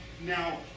Now